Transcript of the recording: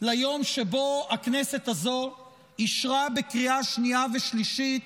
ליום שבו הכנסת הזו אישרה בקריאה שנייה ושלישית